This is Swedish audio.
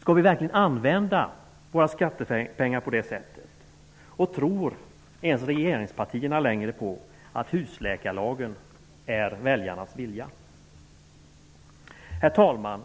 Skall vi verkligen använda våra skattepengar på det här sättet? Tror ens regeringspartierna själva längre på att husläkarlagen är väljarnas vilja? Herr talman!